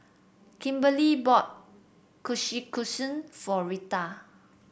Kimberli bought Kushikatsu for Reta